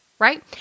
Right